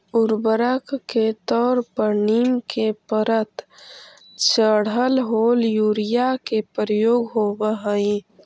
उर्वरक के तौर पर नीम के परत चढ़ल होल यूरिया के प्रयोग होवऽ हई